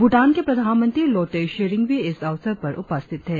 भूटान के प्रधानमंत्री लोते शिरिंग भी इस अवसर पर उपस्थित थे